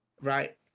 Right